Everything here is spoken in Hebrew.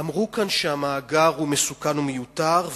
אמרו כאן שהמאגר הוא מסוכן ומיותר,